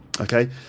Okay